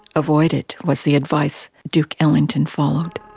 avoid it was the advice duke ellington followed.